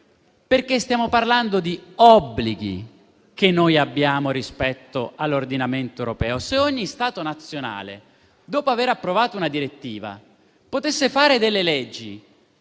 stiamo parlando di obblighi che noi abbiamo rispetto all'ordinamento europeo. Se ogni Stato nazionale, dopo aver approvato una direttiva, potesse fare delle leggi